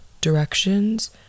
directions